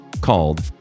called